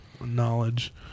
knowledge